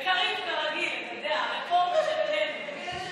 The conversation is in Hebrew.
וקארין כרגיל, כן,